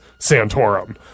Santorum